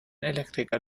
elektriker